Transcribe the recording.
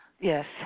Yes